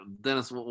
Dennis